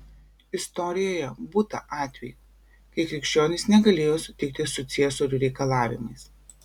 istorijoje būta atvejų kai krikščionys negalėjo sutikti su ciesorių reikalavimais